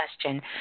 question